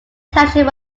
township